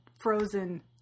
Frozen